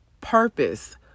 purpose